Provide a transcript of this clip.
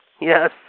Yes